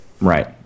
Right